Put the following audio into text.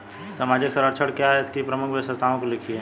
सामाजिक संरक्षण क्या है और इसकी प्रमुख विशेषताओं को लिखिए?